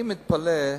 אני מתפלא,